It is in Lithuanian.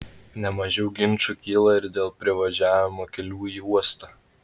ne mažiau ginčų kyla ir dėl privažiavimo kelių į uostą